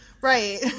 Right